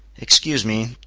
excuse me,